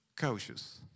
cautious